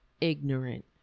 ignorant